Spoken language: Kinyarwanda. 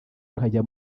nkajya